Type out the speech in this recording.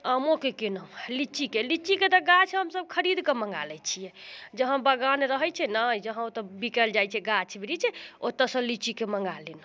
आमोके केलहुँ लिच्चीके लिच्चीके तऽ गाछ हमसब खरीदकऽ मँगा लै छिए जहाँ बगान रहै छै ने जहाँ ओतऽ बिकाएल जाइ छै गाछ बिरिछ ओतऽसँ लिच्चीके मँगा लेलहुँ